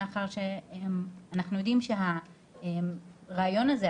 מאחר שאנחנו יודעים שהרעיון הזה,